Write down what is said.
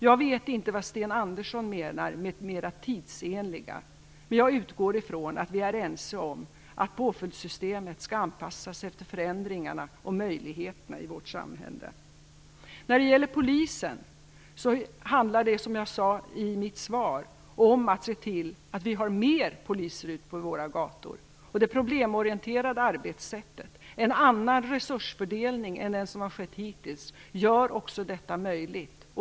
Jag vet inte vad Sten Andersson menar med mer tidsenliga påföljder, men jag utgår ifrån att vi är ense om att påföljdssystemet skall anpassas efter förändringarna och möjligheterna i vårt samhälle. När det gäller polisen handlar det, som jag sade i mitt svar, om att se till att vi har fler poliser ute på gatorna. Ett problemorienterat arbetssätt och en annan resursfördelning än den som skett hittills gör också detta möjligt.